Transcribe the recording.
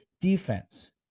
defense